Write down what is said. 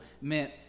meant